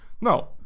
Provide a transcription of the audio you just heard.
No